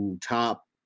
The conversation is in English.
top